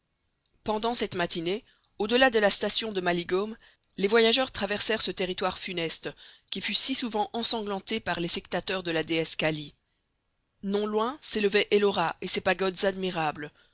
pendant cette matinée au-delà de la station de malligaum les voyageurs traversèrent ce territoire funeste qui fut si souvent ensanglanté par les sectateurs de la déesse kâli non loin s'élevaient ellora et ses pagodes admirables